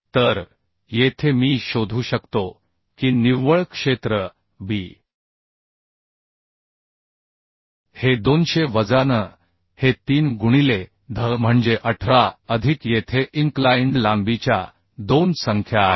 तर येथे मी शोधू शकतो की निव्वळ क्षेत्र b हे 200 वजा n हे 3 गुणिले dh म्हणजे 18 अधिक येथे इन्क्लाइन्ड लांबीच्या 2 संख्या आहेत